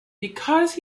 because